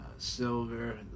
silver